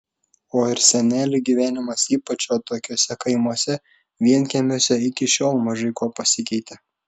o ir senelių gyvenimas ypač atokiuose kaimuose vienkiemiuose iki šiol mažai kuo pasikeitė